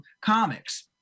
comics